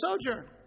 sojourn